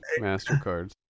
MasterCards